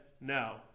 no